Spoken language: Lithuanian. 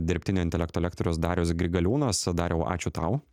dirbtinio intelekto lektorius darius grigaliūnas dariau ačiū tau